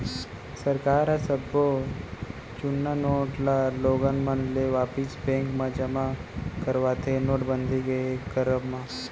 सरकार ह सब्बो जुन्ना नोट ल लोगन मन ले वापिस बेंक म जमा करवाथे नोटबंदी के करब म